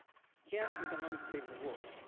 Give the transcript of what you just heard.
can economics save the world?